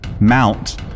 mount